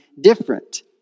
different